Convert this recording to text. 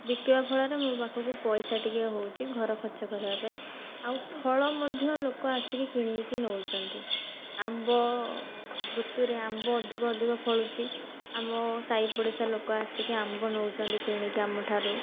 ବିକିବା ଫଳରେ ମୋ ପାଖକୁ ପଇସା ଟିକେ ହେଉଛି ଘର ଖର୍ଚ୍ଚ କରିବା ପାଇଁ ଆଉ ଫଳ ମଧ୍ୟ ଲୋକ ଆସିକି କିଣିକି ନେଉଛନ୍ତି ଆମ୍ବ ଋତୁରେ ଆମ୍ବ ଅଧିକ ଅଧିକ ଫଳୁଛି ଆମ ସାଇ ପଡ଼ିଶା ଲୋକ ଆସିକି ଆମ୍ବ ନେଉଛନ୍ତି କିଣିକି ଆମ ଠାରୁ